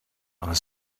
are